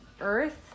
earth